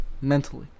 Mentally